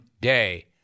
day